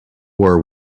war